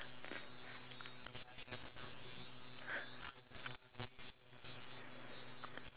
if we were to go shopping then they can pick out whatever they want and that's when I jump in and